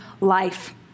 life